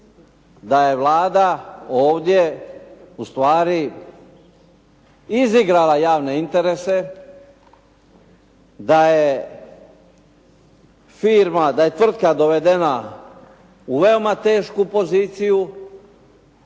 da je Vlada ovdje ustvari izigrala javne interese, da je firma, da je tvrtka dovedena u veoma tešku poziciju